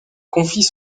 confient